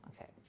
Okay